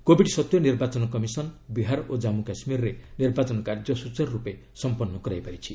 Covid ସତ୍ତ୍ୱେ ନିର୍ବାଚନ commission Bihar ଓ କାଞ୍ଗୁ କାଶ୍ମୀରରେ ନିର୍ବାଚନ କାର୍ଯ୍ୟ ସ୍କଚାର୍ରର୍ପେ ସମ୍ପନ୍ କରାଇ ପାରିଛି